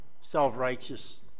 self-righteous